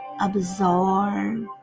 absorb